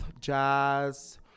jazz